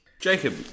Jacob